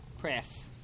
press